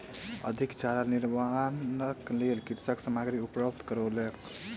अधिक चारा निर्माणक लेल कृषक सामग्री उपलब्ध करौलक